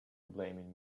blaming